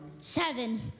Seven